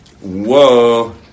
Whoa